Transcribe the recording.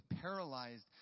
paralyzed